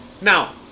now